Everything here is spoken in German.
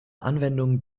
anwendung